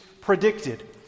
predicted